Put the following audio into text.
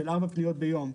של ארבע פניות ביום,